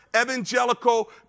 evangelical